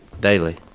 daily